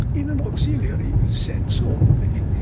in an auxiliary sense only.